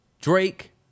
Drake